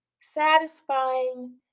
satisfying